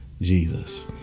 Jesus